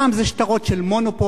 פעם זה שטרות של "מונופול",